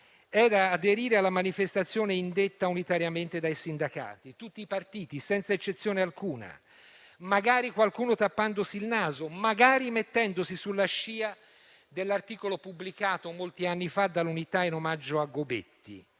era aderire alla manifestazione indetta unitariamente dai sindacati, tutti i partiti, senza eccezione alcuna, magari qualcuno tappandosi il naso, magari mettendosi sulla scia dell'articolo pubblicato molti anni fa dal quotidiano «l'Unità» in omaggio a Gobetti,